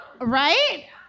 Right